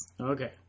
Okay